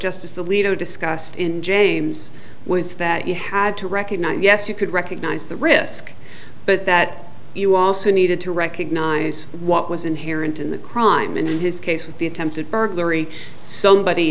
justice alito discussed in james was that he had to recognize yes you could recognize the risk but that you also needed to recognize what was inherent in the crime and in his case with the attempted burglary somebody